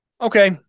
Okay